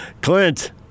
Clint